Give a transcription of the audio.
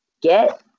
get